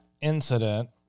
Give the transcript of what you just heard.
incident